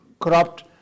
corrupt